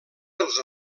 dels